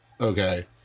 okay